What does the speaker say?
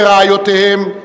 ורעיותיהם,